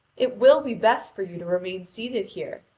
it will be best for you to remain seated here,